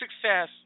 success